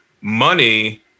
money